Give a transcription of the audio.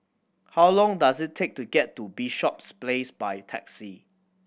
how long does it take to get to Bishops Place by taxi